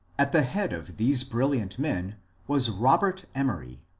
at the head of these brilliant men was robert emory,